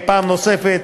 פעם נוספת,